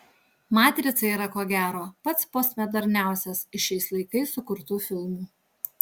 matrica yra ko gero pats postmoderniausias iš šiais laikais sukurtų filmų